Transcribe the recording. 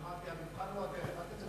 אמרתי שהמבחן הוא הדרך.